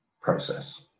process